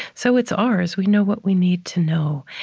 so it's ours. we know what we need to know.